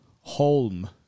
home